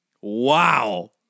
Wow